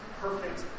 perfect